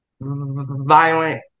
violent